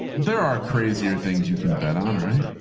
there are crazier things you can bet on, right?